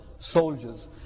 soldiers